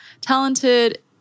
talented